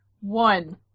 One